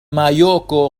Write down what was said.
مايوكو